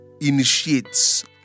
initiates